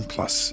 Plus